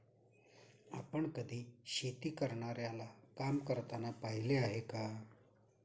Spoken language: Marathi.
आपण कधी शेती करणाऱ्याला काम करताना पाहिले आहे का?